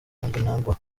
mnangagwa